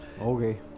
Okay